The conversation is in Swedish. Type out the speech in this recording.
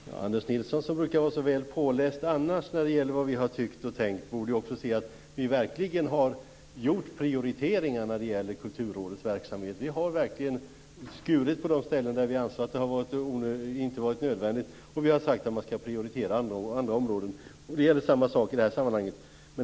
Fru talman! Anders Nilsson som brukar vara så väl påläst annars när det gäller vad vi har tyckt och tänkt borde ju också se att vi verkligen har gjort prioriteringar när det gäller Kulturrådets verksamhet. Vi har verkligen skurit på de ställen där vi anser att det har varit nödvändigt. Vi har sagt att man skall prioritera andra områden. Samma sak gäller i det här sammanhanget.